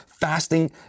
fasting